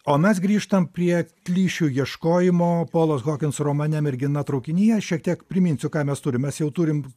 o mes grįžtam prie klišių ieškojimo polos hokins romane mergina traukinyje šiek tiek priminsiu ką mes turim mes jau turim